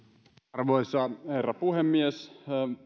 arvoisa herra puhemies